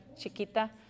chiquita